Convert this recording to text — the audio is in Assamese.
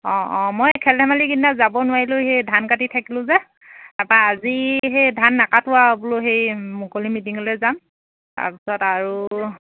অঁ অঁ মই খেল ধেমালি কেইদিনা যাব নোৱাৰিলোঁ সেই ধান কাটি থাকিলোঁ যে তাৰপৰা আজি সেই ধান নাকাটো আৰু বোলো হেৰি মুকলি মিটিঙলৈ যাম তাৰপিছত আৰু